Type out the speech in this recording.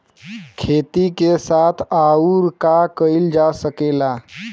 खेती के साथ अउर का कइल जा सकेला?